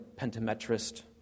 pentametrist